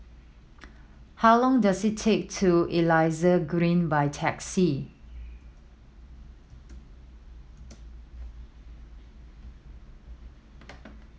how long does it take to Elias Green by taxi